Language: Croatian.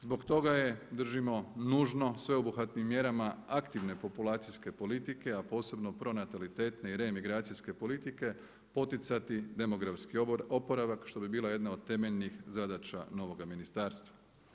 Zbog toga je držimo nužno sveobuhvatnim mjerama aktivne populacijske politike a posebno pronatalitetne i reemigracijske politike poticati demografski oporavak što bi bila jedna od temeljnih zadaća novoga ministarstva.